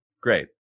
Great